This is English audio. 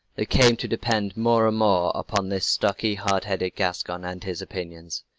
they came to depend more and more upon this stocky, hard-headed gascon and his opinions.